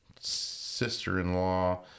sister-in-law